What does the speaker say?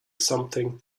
something